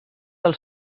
del